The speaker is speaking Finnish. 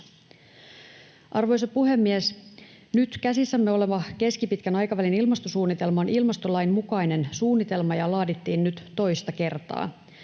Arvoisa puhemies! Nyt käsissämme oleva keskipitkän aikavälin ilmastosuunnitelma on ilmastolain mukainen suunnitelma ja laadittiin nyt toista kertaa.